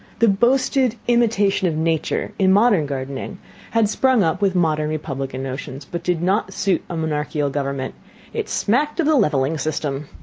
the boasted imitation of nature in modern gardening had sprung up with modern republican notions, but did not suit a monarchical government it smacked of the levelling system.